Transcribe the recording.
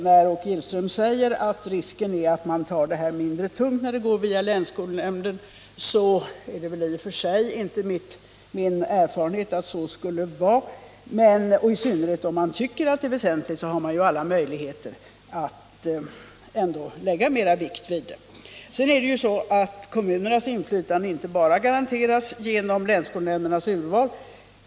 När Åke Gillström säger att risken är att man betraktar ett remissyttrande som mindre tungt när det går via länsskolnämnd, så är det väl i och för sig inte direkt min erfarenhet att detta skulle vara fallet, och i synnerhet om man tycker att yttrandet är väsentligt har man alla möjligheter att ändå lägga mera vikt vid det. Sedan är det ju så att kommunernas inflytande inte bara garanteras genom länsskolnämndernas urval.